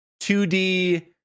2D